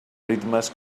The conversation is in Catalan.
ritmes